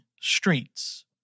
streets